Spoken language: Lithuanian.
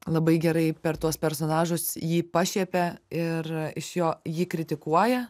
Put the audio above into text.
labai gerai per tuos personažus jį pašiepia ir iš jo jį kritikuoja